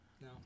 No